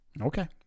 Okay